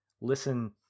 listen